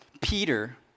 Peter